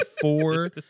four